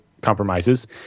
compromises